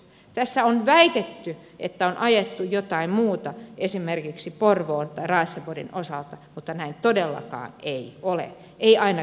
tässä on väitetty että on ajettu jotain muuta esimerkiksi porvoon tai raaseporin osalta mutta näin todellakaan ei ole ei ainakaan rkpn taholta